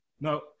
No